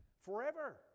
forever